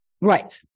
Right